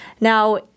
now